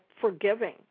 forgiving